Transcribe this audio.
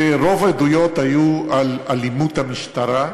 רוב העדויות היו על אלימות המשטרה,